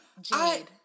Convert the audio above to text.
jade